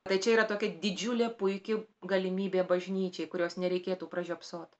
tai čia yra tokia didžiulė puiki galimybė bažnyčiai kurios nereikėtų pražiopsot